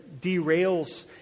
derails